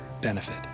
benefit